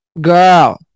Girl